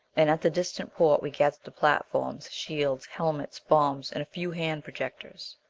and at the distant port we gathered the platforms, shields, helmets, bombs, and a few hand projectors.